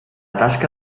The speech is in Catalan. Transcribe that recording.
tasca